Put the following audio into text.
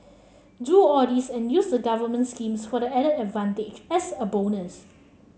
do all this and use the government schemes for the added advantage as a bonus